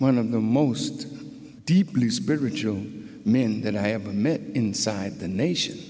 one of the most deeply spiritual men that i have met inside the nation